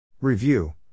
Review